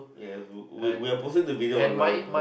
ya who we we are posting the video online though